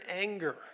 anger